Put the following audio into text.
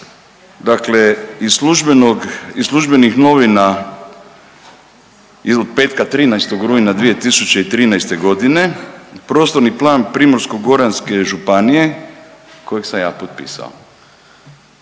dakle iz službenih novina od petka 13. rujna 2013. godine prostorni plan Primorsko-goranske županije kojeg sam ja potpisao.